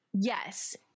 Yes